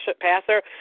passer